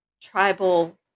tribal